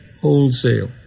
wholesale